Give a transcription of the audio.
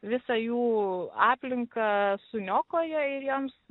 visą jų aplinką suniokoja ir joms